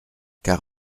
car